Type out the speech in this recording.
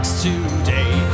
Today